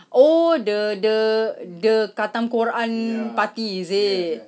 oh the the khatam quran party is it